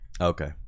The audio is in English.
Okay